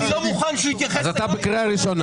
אני לא מוכן שהוא יתייחס אליי -- אז אתה בקריאה ראשונה.